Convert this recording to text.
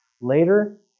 later